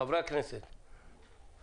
חברי הכנסת, בבקשה.